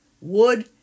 wood